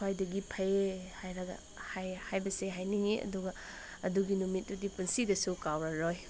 ꯈ꯭ꯋꯥꯏꯗꯒꯤ ꯐꯩꯌꯦ ꯍꯥꯏꯔꯒ ꯍꯥꯏꯕꯁꯦ ꯍꯥꯏꯅꯤꯡꯉꯤ ꯑꯗꯨꯒ ꯑꯗꯨꯒꯤ ꯅꯨꯃꯤꯠꯇꯨꯗꯤ ꯄꯨꯟꯁꯤꯗꯁꯨ ꯀꯥꯎꯔꯔꯣꯏ